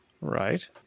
Right